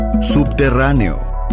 subterráneo